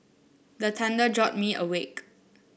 the thunder jolt me awake